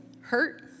hurt